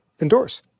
endorse